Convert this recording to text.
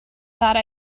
thought